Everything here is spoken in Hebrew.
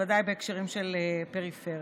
בוודאי בהקשרים של פריפריה,